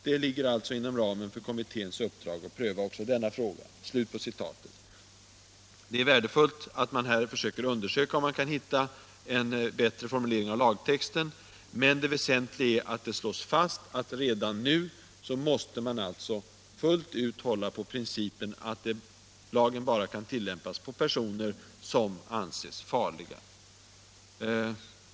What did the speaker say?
Det ligger alltså inom ramen för kommitténs uppdrag att pröva också denna fråga.” Det är värdefullt att man undersöker om det går att finna en bättre formulering av lagtexten, men det väsentliga är att det slås fast att redan 63 nu måste man fullt ut hålla på principen att lagen bara kan tillämpas på personer som anses farliga.